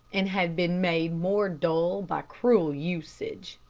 and had been made more dull by cruel usage.